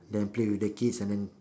then play with the kids and then